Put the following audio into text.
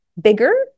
bigger